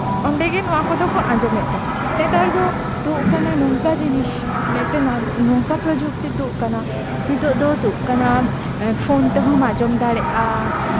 ᱚᱸᱰᱮᱜᱮ ᱱᱚᱣᱟ ᱠᱚᱫᱚ ᱠᱚ ᱟᱸᱡᱚᱢᱮᱫ ᱛᱟᱦᱮᱸᱫ ᱱᱮᱛᱟᱨ ᱫᱚ ᱛᱩᱫ ᱠᱟᱱᱟ ᱱᱚᱝᱠᱟ ᱡᱤᱱᱤᱥ ᱢᱤᱫᱴᱮᱱ ᱱᱚᱝᱠᱟ ᱯᱨᱚᱡᱩᱠᱛᱤ ᱛᱩᱫ ᱠᱟᱱᱟ ᱱᱤᱛᱚᱜ ᱫᱚ ᱛᱩᱫ ᱠᱟᱱᱟ ᱯᱷᱳᱱ ᱛᱮᱦᱚᱸᱢ ᱟᱸᱡᱚᱢ ᱫᱟᱲᱮᱭᱟᱜᱼᱟ